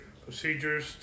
Procedures